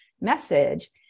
message